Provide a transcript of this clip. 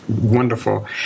wonderful